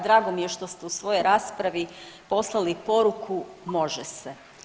Drago mi je što ste u svojoj raspravi poslali poruku može se.